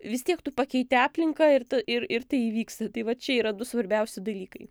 vis tiek tu pakeiti aplinką ir t ir ir tai įvyksta tai va čia yra du svarbiausi dalykai